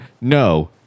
No